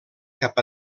cap